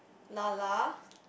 La La